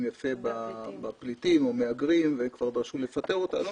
יפה בפליטים או במהגרים וכבר דרשו לפטר אותה.